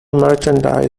merchandise